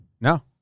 No